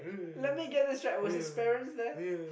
let me get this right was his parents there